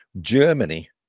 germany